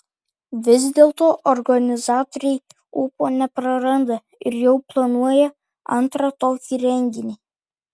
vis dėlto organizatoriai ūpo nepraranda ir jau planuoja antrą tokį renginį